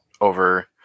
over